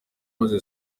maze